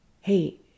Hey